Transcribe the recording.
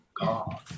God